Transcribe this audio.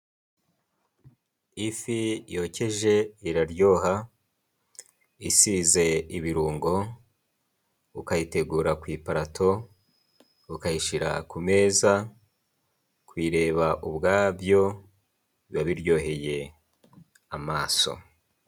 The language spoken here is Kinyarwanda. Ifi yokeje iraryoha, isize ibirungo, ukayitegura ku ipalato ukayishira Ku meza, kuyireba ubwabyo biba biryoheye amaso.